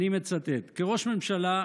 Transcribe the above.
אני מצטט: "כראש ממשלה,